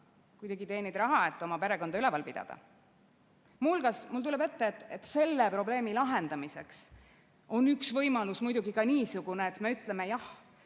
või sa teenid raha, et oma perekonda üleval pidada? Muu hulgas mul tuleb ette, et selle probleemi lahendamiseks on üks võimalus muidugi ka niisugune, et me ütleme: jah,